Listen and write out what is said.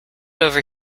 over